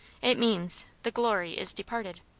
it means, the glory is departed